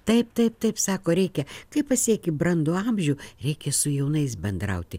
taip taip taip sako reikia kai pasieki brandų amžių reikia su jaunais bendrauti